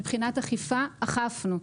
מבחינת אכיפה, אכפנו.